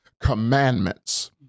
commandments